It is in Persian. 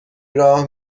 راه